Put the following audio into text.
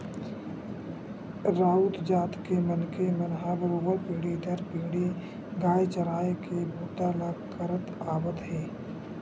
राउत जात के मनखे मन ह बरोबर पीढ़ी दर पीढ़ी गाय चराए के बूता ल करत आवत हे